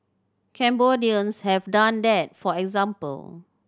Cambodians have done that for example